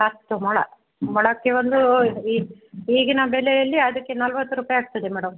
ಹತ್ತು ಮೊಳ ಮೊಳಕ್ಕೆ ಒಂದು ಈಗ ಈಗಿನ ಬೆಲೆಯಲ್ಲಿ ಅದಕ್ಕೆ ನಲ್ವತ್ತು ರೂಪಾಯಿ ಆಗ್ತದೆ ಮೇಡಮ್